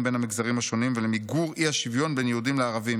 בין המגזרים השונים ולמיגור אי-השוויון בין יהודים לערבים.